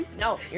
no